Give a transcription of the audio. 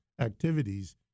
activities